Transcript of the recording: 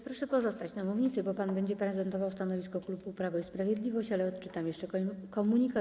Proszę pozostać na mównicy, bo pan będzie prezentował stanowisko klubu Prawo i Sprawiedliwość, ale odczytam jeszcze komunikat.